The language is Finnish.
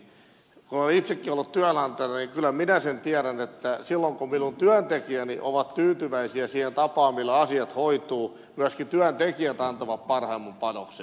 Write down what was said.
kun olen itsekin ollut työnantajana niin kyllä minä sen tiedän että silloin kun minun työntekijäni ovat tyytyväisiä siihen tapaan millä asiat hoituvat myöskin työntekijät antavat parhaimman panoksensa